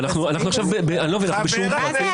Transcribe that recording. אנחנו עכשיו בשיעור פרטי?